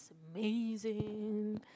amazing